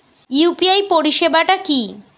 UPI পরিসেবাটা কি?